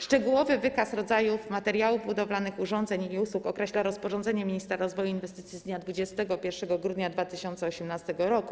Szczegółowy wykaz rodzajów materiałów budowlanych, urządzeń i usług określa rozporządzenie ministra rozwoju i inwestycji z dnia 21 grudnia 2018 r.